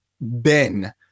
Ben